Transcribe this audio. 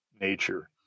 nature